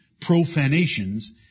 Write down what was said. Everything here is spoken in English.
profanations